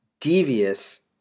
devious